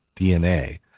DNA